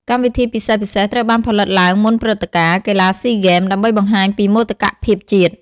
កម្មវិធីពិសេសៗត្រូវបានផលិតឡើងមុនព្រឹត្តិការណ៍ កីឡាស៊ីហ្គេម ដើម្បីបង្ហាញពីមោទកភាពជាតិ។